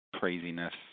Craziness